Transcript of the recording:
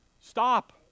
Stop